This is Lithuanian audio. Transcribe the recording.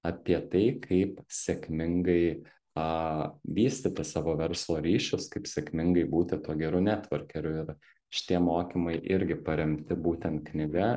apie tai kaip sėkmingai a vystyti savo verslo ryšius kaip sėkmingai būti tuo geru netvorkeriu ir šitie mokymai irgi paremti būtent knyga